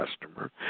customer